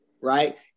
right